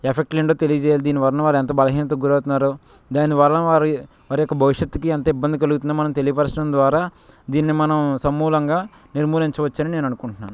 ఎఫెక్ట్లు ఏంటో తెలియజేయాలి దీనివల్లన వారు ఎంత బలహీనతకు గురి అవుతున్నారు దాని వల్ల వారు వారి యొక్క భవిష్యత్తుకి ఎంత ఇబ్బంది కలుగుతుందో మనం తెలియపరచడం ద్వారా దీన్ని మనం సమూలంగా నిర్మూలించవచ్చని నేను అనుకుంటున్నాను